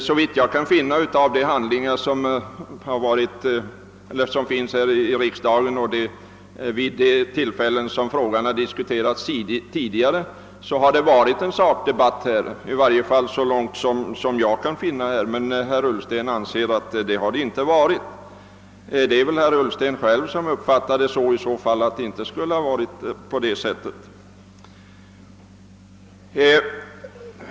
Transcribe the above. Såvitt jag kan finna av de handlingar som har förelegat vid de tillfällen då frågan diskuterats tidigare i riksdagen har det förts en sakdebatt, men herr Ullsten anser att så inte har varit fallet.